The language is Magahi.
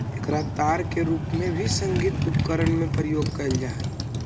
एकरा तार के रूप में भी संगीत उपकरण में प्रयोग कैल जा हई